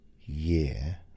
year